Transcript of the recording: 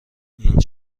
این